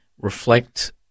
reflect